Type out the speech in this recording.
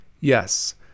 yes